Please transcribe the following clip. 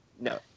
No